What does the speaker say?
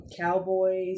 cowboys